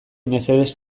mesedez